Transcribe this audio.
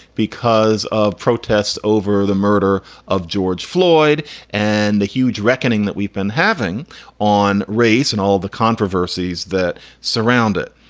because of protests over the murder of george floyd and the huge reckoning that we've been having on race and all the controversies that surround it.